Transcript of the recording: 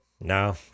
No